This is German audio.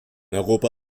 europa